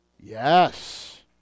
Yes